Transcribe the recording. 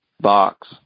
box